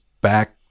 back